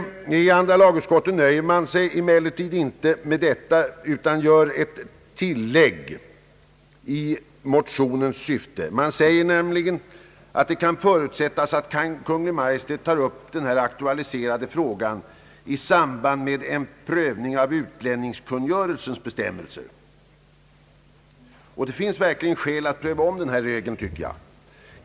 I andra lagutskottet nöjer man sig emellertid inte med detta utan gör ett tillägg i motionens syfte. Man säger nämligen att det kan förutsättas att Kungl. Maj:t tar upp den här aktualiserade frågan i samband med en prövning av utlänningskungörelsens bestämmelser. Och det finns verkligen skäl att ompröva den här regeln.